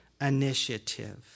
initiative